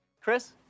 chris